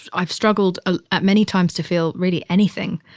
i've struggled ah at many times to feel really anything.